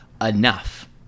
enough